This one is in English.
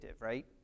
right